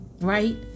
right